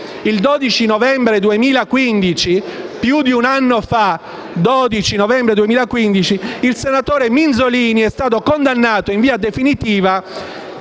il 12 novembre 2015, oltre un anno fa, il senatore Minzolini è stato condannato in via definitiva